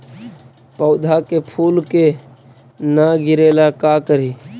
पौधा के फुल के न गिरे ला का करि?